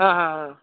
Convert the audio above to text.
ಹಾಂ ಹಾಂ ಹಾಂ